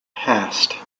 passed